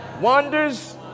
wonders